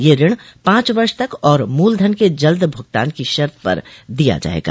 यह ऋण पांच वर्ष तक और मूलधन के जल्द भुगतान की शर्त पर दिया जाएगा